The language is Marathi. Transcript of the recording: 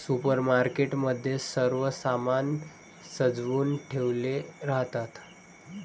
सुपरमार्केट मध्ये सर्व सामान सजवुन ठेवले राहतात